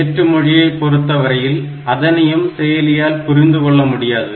இயற்று மொழியை பொறுத்தவரையில் அதனையும் செயலியால் புரிந்து கொள்ள முடியாது